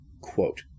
quote